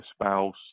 spouse